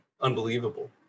unbelievable